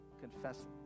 confess